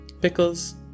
pickles